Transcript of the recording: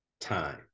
Time